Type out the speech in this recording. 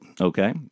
Okay